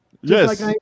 Yes